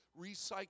recycle